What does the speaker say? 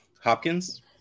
Hopkins